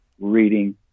reading